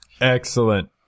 Excellent